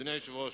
אדוני היושב-ראש,